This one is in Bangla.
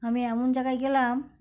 আমি এমন জায়গায় গেলাম